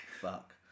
fuck